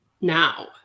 now